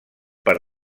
per